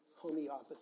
homeopathy